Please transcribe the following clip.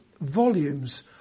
volumes